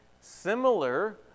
similar